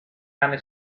anne